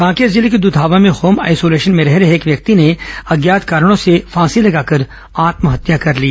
कांकेर जिले के दुधावा में होम आइसोलेशन मे रह रहे एक व्यक्ति ने अज्ञात कारणों से फांसी लगाकर आत्महत्या कर ली